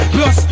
Plus